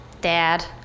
Dad